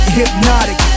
hypnotic